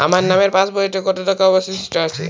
আমার নামের পাসবইতে কত টাকা অবশিষ্ট আছে?